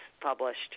published